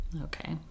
Okay